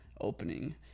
opening